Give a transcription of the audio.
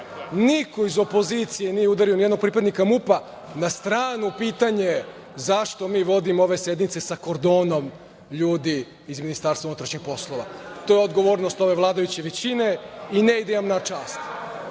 niko iz opozicije nije udario nijednog pripadnika MUP-a, a na stranu pitanje zašto mi vodimo ove sednice sa kordonom ljudi iz MUP-a. To je odgovornost ove vladajuće većine i ne ide vam na čast. Niko